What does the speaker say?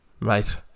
mate